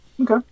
Okay